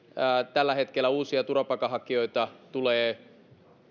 tällä hetkellä uusia turvapaikanhakijoita tulee